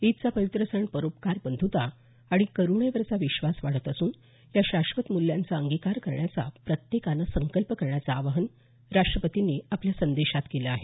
ईदचा पवित्र सण परोपकार बंधुता आणि करूणेवरचा विश्वास वाढवत असून या शाश्वत मूल्यांचा अंगिकार करण्याचा प्रत्येकानं संकल्प करण्याचं आवाहन राष्ट्रपतींनी आपल्या संदेशात केलं आहे